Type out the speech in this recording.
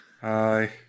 Hi